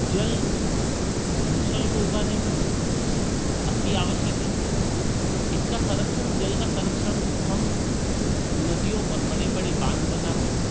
जल फ़सल को उगाने में अति आवश्यक है इसका संरक्षण जल का संरक्षण हम नदियों पर बड़े बड़े बांध बना कर